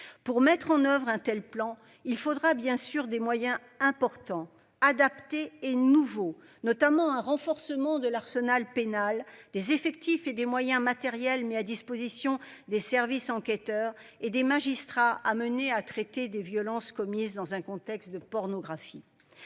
Pour mettre en oeuvre un tel plan. Il faudra bien sûr des moyens importants adapté et nouveau notamment un renforcement de l'arsenal pénal des effectifs et des moyens matériels, mis à disposition des services enquêteurs et des magistrats. À traiter des violences commises dans un contexte de pornographie.